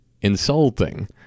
insulting